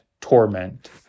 torment